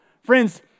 Friends